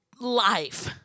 life